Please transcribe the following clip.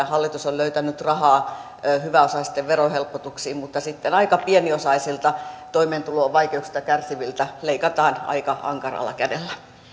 hallitus on löytänyt rahaa hyväosaisten verohelpotuksiin mutta sitten aika pieniosaisilta toimeentulovaikeuksista kärsiviltä leikataan aika ankaralla kädellä